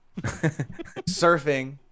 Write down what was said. Surfing